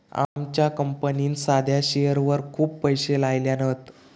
आमच्या कंपनीन साध्या शेअरवर खूप पैशे लायल्यान हत